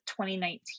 2019